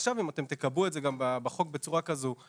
ואם תגבו את זה בחוק בצורה כזו,